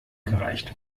gereicht